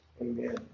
amen